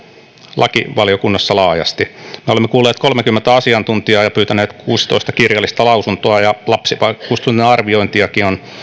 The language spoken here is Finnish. lakivaliokunnassa laajasti me olemme kuulleet kolmeakymmentä asiantuntijaa ja pyytäneet kuusitoista kirjallista lausuntoa ja lapsivaikutusten arviointiakin on